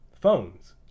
phones